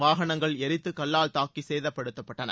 வாகனங்கள் எரித்து கல்லால் தாக்கி சேதப்படுத்தப்பட்டன